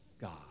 God